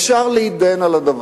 אפשר להידיין על זה.